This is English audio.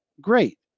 great